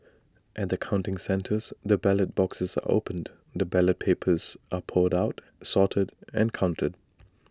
at the counting centres the ballot boxes are opened and the ballot papers are poured out sorted and counted